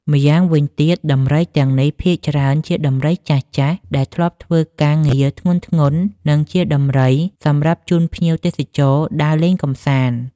ម្យ៉ងវិញទៀតដំរីទាំងនេះភាគច្រើនជាដំរីចាស់ៗ ដែលធ្លាប់ធ្វើការងារធ្ងន់ៗ និងជាដំរីសម្រាប់ជូនភ្ញៀវទេសចរដើរលេងកម្សាន្ត។